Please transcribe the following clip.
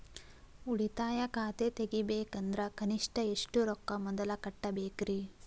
ಉಳಿತಾಯ ಖಾತೆ ತೆಗಿಬೇಕಂದ್ರ ಕನಿಷ್ಟ ಎಷ್ಟು ರೊಕ್ಕ ಮೊದಲ ಕಟ್ಟಬೇಕ್ರಿ?